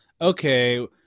okay